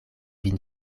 vin